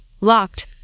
locked